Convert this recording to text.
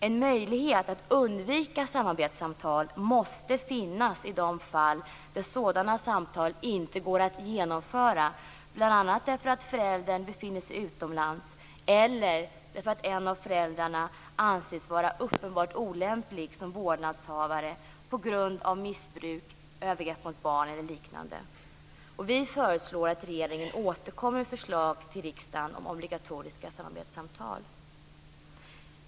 En möjlighet att undvika samarbetssamtal måste finnas i de fall där sådana samtal inte går att genomföra, bl.a. därför att en förälder befinner sig utomlands eller därför att en av föräldrarna anses vara uppenbart olämplig som vårdnadshavare på grund av missbruk, övergrepp mot barn eller liknande. Vi föreslår att regeringen återkommer med förslag till riksdagen om obligatoriska samarbetssamtal.